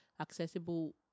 accessible